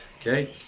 okay